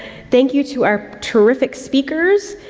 thank you to our terrific speakers.